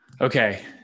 okay